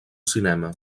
cinema